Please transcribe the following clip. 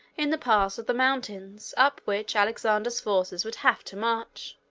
in the pass of the mountains, up which alexander's forces would have to march.